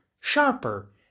sharper